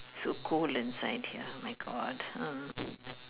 so cold inside here my god uh